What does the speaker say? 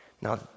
Now